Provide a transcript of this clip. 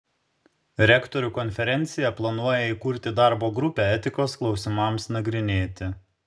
rektorių konferencija planuoja įkurti darbo grupę etikos klausimams nagrinėti